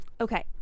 okay